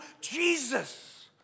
Jesus